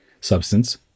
substance